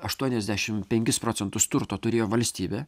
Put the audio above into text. aštuoniasdešimt penkis procentus turto turėjo valstybė